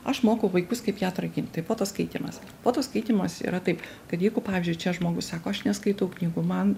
aš mokau vaikus kaip ją atrakint tai fotoskaitymas fotoskaitymas yra taip kad jeigu pavyzdžiui čia žmogus sako aš neskaitau knygų man